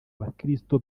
abakristo